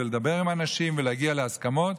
לדבר עם אנשים ולהגיע להסכמות,